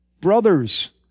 brothers